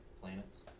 planets